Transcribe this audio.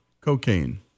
cocaine